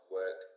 work